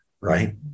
right